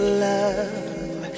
love